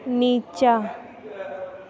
नीचाँ